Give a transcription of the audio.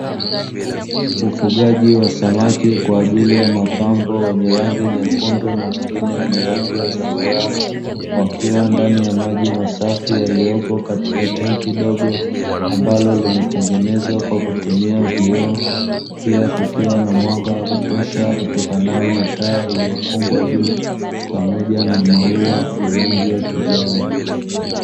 Ufugaji wa samaki kwa ajili ya mapambo, wenye rangi nyekundu na wengine wenye rangi ya zambarau, wakiwa ndani ya maji masafi yaliyopo katika tenki dogo, ambalo limetengenezwa kwa kutumia vioo. Pia kukiwa na mwanga wa kutosha utokanao na taa iliyofungwa juu, pamoja na maua ya rangi ya kijani.